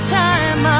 time